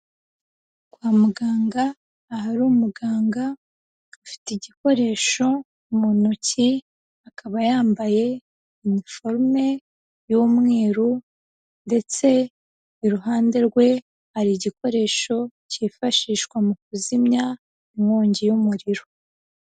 Kwa muganga ahari umuganga ufite igikoresho mu ntoki, akaba yambaye iniforume y'umweru ndetse iruhande rwe hari igikoresho cyifashishwa mu kuzimya inkongi y'umuriro.